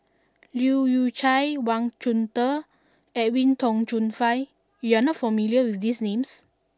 Leu Yew Chye Wang Chunde and Edwin Tong Chun Fai you are not familiar with these names